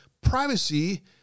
Privacy